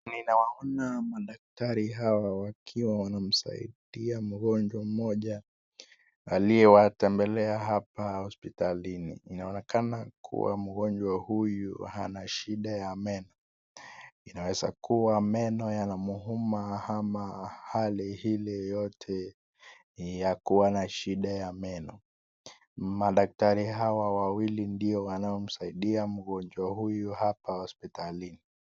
Ninaona madaktari hawa wakiwa wanamsadia mgonjwa moja aliyewatembelea hapa hosipitalini, inaonekana kuwa mgonjwa huyu ana shida ya meno. Inaweza kuwa meno inamuuma ama hali hili yote ni kuwa na shida ya meno. Madakitari hawa wawili ndio wanaomsaidia mgonjwa huyu hapa hosipitalini.